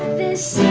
this.